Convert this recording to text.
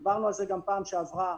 דיברנו על זה גם בפעם שעברה.